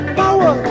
power